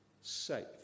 safe